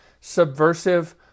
subversive